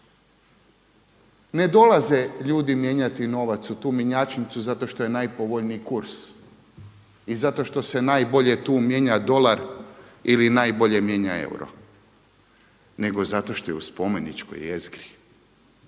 Ne dolaze ljudi mijenjati novac u tu mjenjačnicu zato što je najpovoljniji kurs i zato što se najbolje tu mijenja dolar ili najbolje mijenja euro nego zato što je u spomeničkoj jezgri.